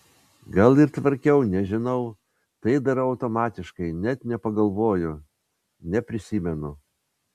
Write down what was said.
gal ir tvarkiau nežinau tai darau automatiškai net nepagalvoju neprisimenu